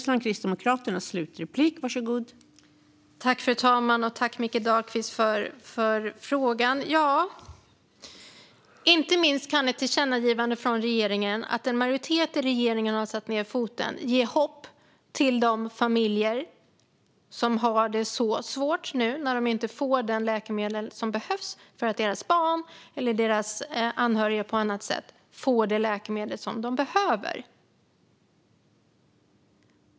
Fru talman! Tack, Mikael Dahlqvist, för frågan! Ett tillkännagivande till regeringen från en majoritet i riksdagen som har satt ned foten kan inte minst ge hopp till de familjer som nu har det så svårt för att deras barn eller andra anhöriga inte får de läkemedel som de behöver.